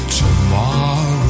tomorrow